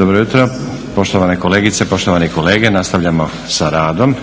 Dobro jutro. Poštovane kolegice, poštovani kolege, nastavljamo sa radom.